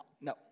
No